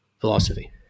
philosophy